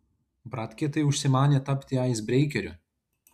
bratkė tai užsimanė tapti aisbreikeriu